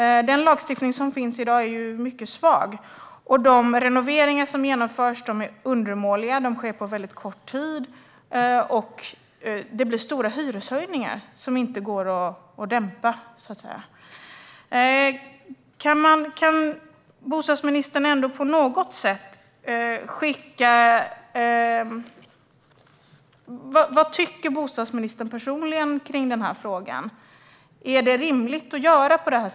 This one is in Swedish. Den lagstiftning som finns i dag är ju mycket svag, och de renoveringar som genomförs är undermåliga, de sker på väldigt kort tid och det blir stora hyreshöjningar som inte går att dämpa. Kan bostadsministern på något sätt uttala vad han personligen tycker i frågan? Är det rimligt att göra så?